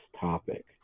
topic